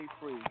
free